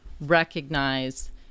recognize